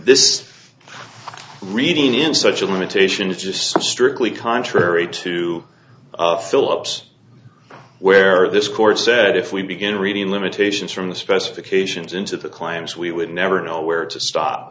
this reading in such a limitation is just strictly contrary to philips where this court said if we begin reading limitations from the specifications into the claims we would never know where to stop